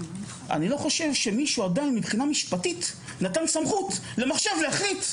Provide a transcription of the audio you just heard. אני לא חושב שמישהו מבחינה משפטית נתן סמכות למחשב להחליט.